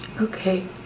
okay